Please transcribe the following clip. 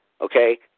Okay